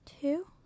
Two